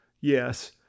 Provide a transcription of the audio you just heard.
Yes